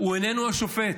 איננו השופט,